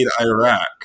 iraq